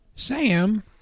Sam